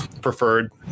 preferred